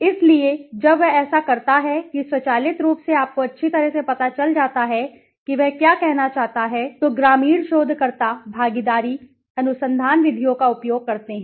इसलिए जब वह ऐसा करता है कि स्वचालित रूप से आपको अच्छी तरह से पता चल जाता है कि वह क्या कहना चाहता है तो ग्रामीण शोधकर्ता भागीदारी अनुसंधान विधियों का उपयोग करते हैं